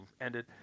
ended